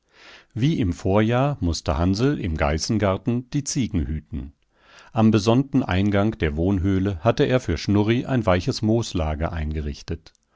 wie im vorjahr mußte hansl im geißengarten die ziegen hüten am besonnten eingang der wohnhöhle hatte er für schnurri ein weiches mooslager gerichtet